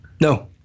No